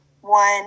one